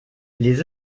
les